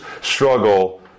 struggle